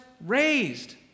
raised